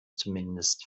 zumindest